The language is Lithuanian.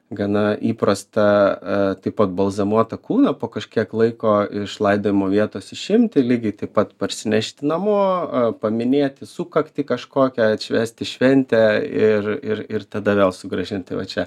gana įprasta taip pat balzamuot tą kūną po kažkiek laiko iš laidojimo vietos išimti lygiai taip pat parsinešti namo paminėti sukaktį kažkokią atšvęsti šventę ir ir ir tada vėl sugrąžinti va čia